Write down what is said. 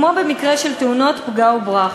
כמו במקרה של תאונות פגע-וברח.